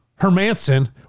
Hermanson